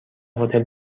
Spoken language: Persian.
هتل